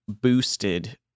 boosted